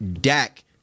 Dak